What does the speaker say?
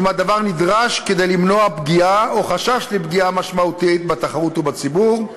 אם הדבר נדרש כדי למנוע פגיעה או חשש לפגיעה משמעותית בתחרות או בציבור,